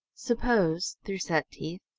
suppose, through set teeth,